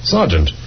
Sergeant